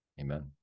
Amen